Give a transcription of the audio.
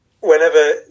whenever